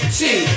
two